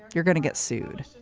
you're gonna get sued.